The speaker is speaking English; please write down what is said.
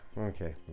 okay